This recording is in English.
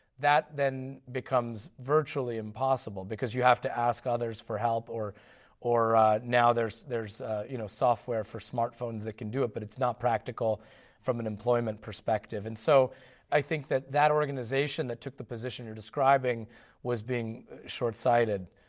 that then becomes virtually impossible because you have to ask others for help or or now there's there's you know software for smartphones that can do it but it's not practical from an employment perspective. and so i think that that organisation that took the position you're describing was being short sighted,